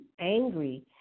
angry